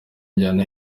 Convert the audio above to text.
injyana